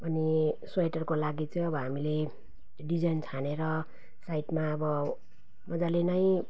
अनि स्वेटरको लागि चाहिँ अब हामीले डिजाइन छानेर साइडमा अब उनीहरूले नै